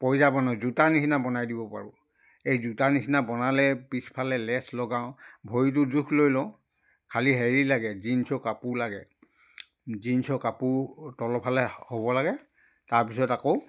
পইজা বনাই জোতা নিচিনা বনাই দিব পাৰোঁ এই জোতা নিচিনা বনালে পিছফালে লেচ লগাওঁ ভৰিটো জোখ লৈ লওঁ খালী হেৰি লাগে জীনছৰ কাপোৰ লাগে জীনছৰ কাপোৰ তলৰ ফালে হ'ব লাগে তাৰপিছত আকৌ